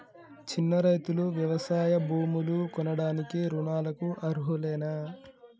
చిన్న రైతులు వ్యవసాయ భూములు కొనడానికి రుణాలకు అర్హులేనా?